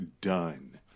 done